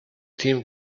team